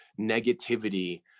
negativity